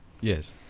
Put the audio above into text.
Yes